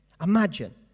Imagine